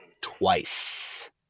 twice